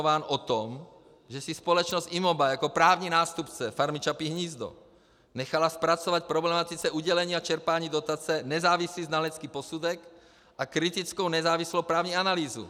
Jsem informován o tom, že si společnost IMOBA jako právní nástupce Farmy Čapí hnízdo nechala zpracovat k problematice udělení a čerpání dotace nezávislý znalecký posudek a kritickou nezávislou právní analýzu.